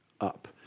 up